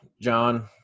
John